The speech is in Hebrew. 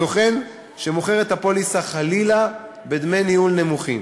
סוכן שמוכר את הפוליסה, חלילה, בדמי ניהול נמוכים.